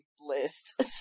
list